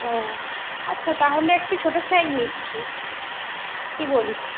ও আচ্ছা তাহলে একটু ছোটো সাইজ নিচ্ছি কি বলিস